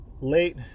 late